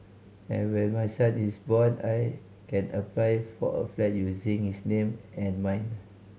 and when my son is born I can apply for a flat using his name and mine